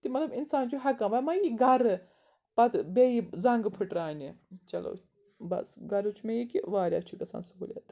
تہِ مطلب اِنسان چھُ ہٮٚکان وَنۍ ما یی گَرٕ پَتہٕ بیٚیہِ یہِ زَنٛگہٕ پھٕٹراونہِ چلو بَس غرض چھُ مےٚ یہِ کہِ واریاہ چھُ گژھان سہوٗلیت